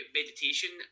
meditation